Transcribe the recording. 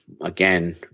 Again